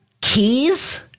Keys